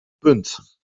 punt